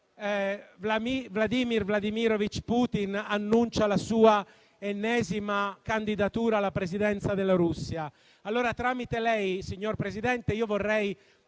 quando Vladimir Putin annuncia la sua ennesima candidatura alla presidenza della Russia. Allora, tramite lei, signor Presidente, vorrei